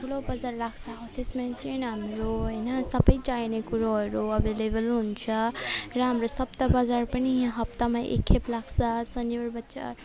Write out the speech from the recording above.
ठुलो बजार लाग्छ हो त्यसमा चाहिँ हाम्रो होइन सबै चाहिने कुरोहरू एभाइलेभल हुन्छ र हाम्रो सप्ताह बजार पनि हप्तामा एक खेप लाग्छ शनिवार बजार